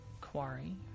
Quarry